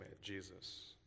Jesus